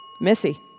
Missy